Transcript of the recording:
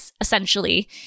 essentially